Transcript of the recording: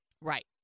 Right